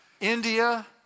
India